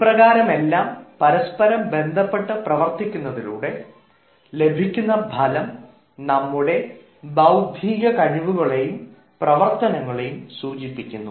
ഇപ്രകാരമെല്ലാം പരസ്പരം ബന്ധപ്പെട്ട് പ്രവർത്തിക്കുന്നതിലൂടെ ലഭ്യമാകുന്ന ഫലം നമ്മുടെ ബൌദ്ധിക കഴിവുകളെയും പ്രവർത്തനങ്ങളെയും സൂചിപ്പിക്കുന്നു